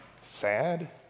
sad